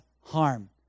harm